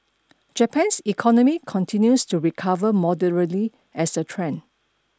Japan's economy continues to recover moderately as a trend